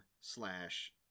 slash